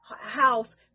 house